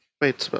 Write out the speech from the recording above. wait